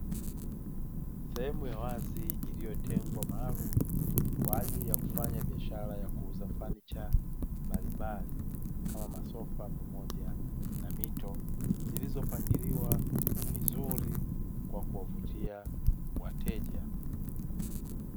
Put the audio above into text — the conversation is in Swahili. Sehemu ya wazi iliyotengwa maalumu kwa ajili ya kufanya biashara ya kuuza fanicha mbalimbali, kama masofa pamoja na mito; zilizopangiliwa vizuri kwa kuwavutia wateja.